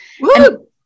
Woo